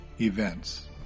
events